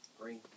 Green